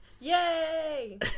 Yay